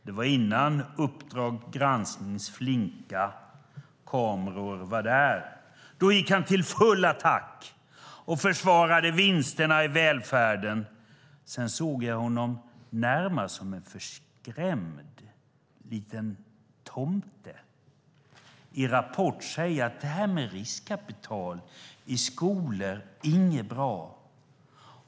Det var innan Uppdrag gransknings flinka kameror var där. Då gick han till full attack och försvarade vinsterna i välfärden. Sedan hörde jag honom närmast som en förskrämd liten tomte i Rapport säga att det här med riskkapital i skolor är inget bra.